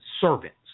servants